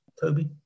Toby